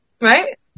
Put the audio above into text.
right